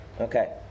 Okay